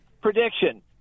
prediction